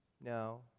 No